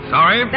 Sorry